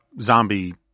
zombie